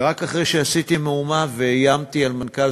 ורק אחרי שעשיתי מהומה ואיימתי על מנכ"ל